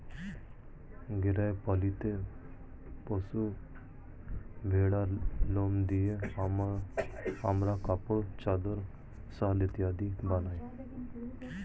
গৃহ পালিত পশু ভেড়ার লোম দিয়ে আমরা কাপড়, চাদর, শাল ইত্যাদি বানাই